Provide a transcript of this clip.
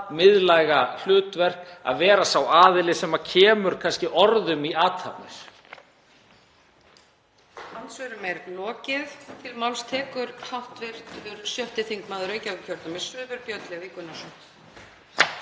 miðlæga hlutverk að vera sá aðili sem kemur orðum í athafnir.